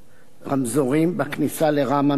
רמזורים בכניסה לראמה מזרח,